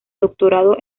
doctorado